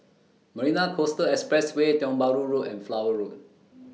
Marina Coastal Expressway Tiong Bahru Road and Flower Road